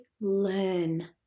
learn